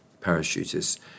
parachutists